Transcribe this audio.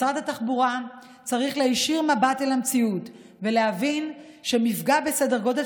משרד התחבורה צריך להישיר מבט אל המציאות ולהבין שמפגע בסדר גודל